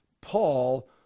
Paul